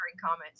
comments